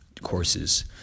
courses